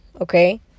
Okay